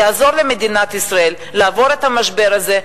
יעזור למדינת ישראל לעבור את המשבר הזה ולהתחזק.